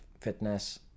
fitness